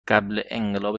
انقلاب